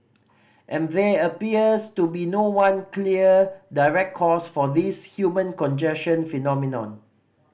and there appears to be no one clear direct cause for this human congestion phenomenon